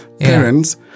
parents